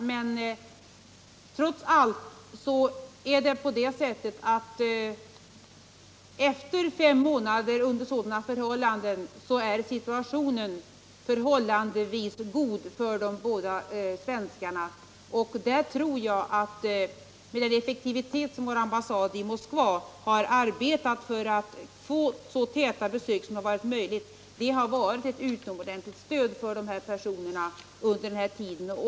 Men situationen för de båda svenskarna är trots allt förhållandevis god efter fem månader under sådana omständigheter. Vår ambassad i Moskva har arbetat med stor effektivitet för att få till stånd så täta besök som varit möjligt. Jag tror att det har varit ett utomordentligt stöd för dessa personer under denna tid.